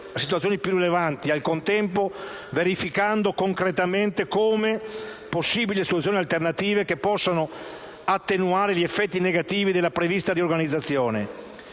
situazioni più rilevanti e al contempo verificando concretamente possibili soluzioni alternative che possano attenuare gli effetti negativi della prevista riorganizzazione;